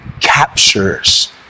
captures